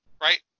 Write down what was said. right